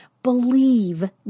believe